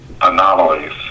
anomalies